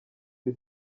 iri